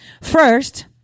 first